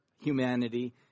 humanity